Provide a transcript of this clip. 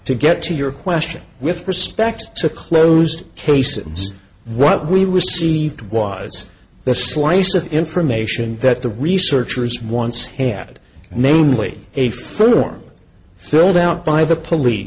to get to your question with respect to closed cases what we received was the slice of information that the researchers once had namely a further one filled out by the police